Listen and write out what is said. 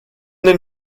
den